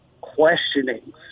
questioning